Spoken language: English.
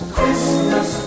Christmas